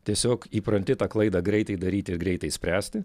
tiesiog įpranti tą klaidą greitai daryti ir greitai spręsti